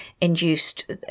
induced